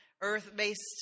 earth-based